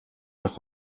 nach